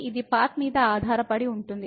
ఇది పాత్ మీద ఆధారపడి ఉంటుంది